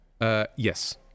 Yes